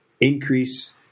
increase